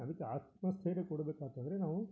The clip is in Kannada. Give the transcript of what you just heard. ಅದಕ್ಕೆ ಆತ್ಮಸ್ಥೈರ್ಯ ಕೊಡ್ಬೇಕಾಯ್ತು ಅಂದರೆ ನಾವು